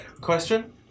question